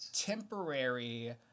temporary